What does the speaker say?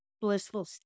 blissful